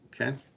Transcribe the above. okay